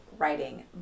writing